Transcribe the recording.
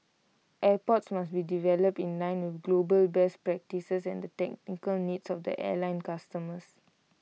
airports must be developed in line with global best practices and the technical needs of their airline customers